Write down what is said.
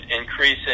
increasing